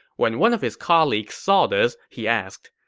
when one of his colleagues saw this, he asked,